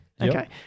Okay